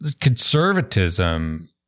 conservatism